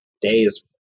days